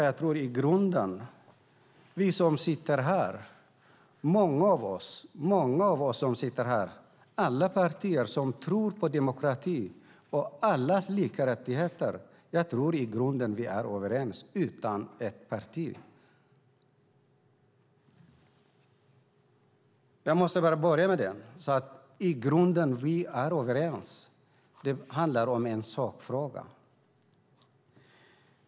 Jag tror att många av oss som sitter här, alla partier som tror på demokrati och allas lika rättigheter, i grunden är överens. Det är alla partier utom ett. Jag vill börja med detta: I grunden är vi överens. Det handlar om en sakfråga.